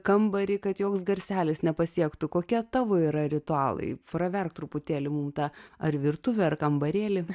kambarį kad joks garselis nepasiektų kokie tavo yra ritualai praverk truputėlį mum tą ar virtuvę ar kambarėlį